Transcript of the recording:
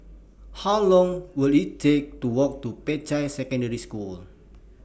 How Long Will IT Take to Walk to Peicai Secondary School